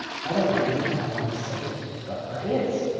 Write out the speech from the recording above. i don't do it for my own sake but for his.